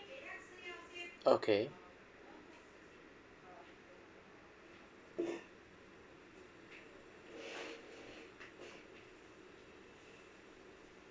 okay